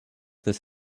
this